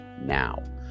now